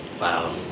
Wow